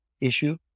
issue